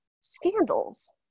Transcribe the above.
scandals